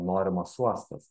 norimas uostas